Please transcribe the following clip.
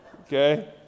Okay